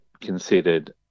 considered